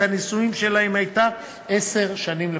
הנישואין שלהם הייתה עשר שנים לפחות.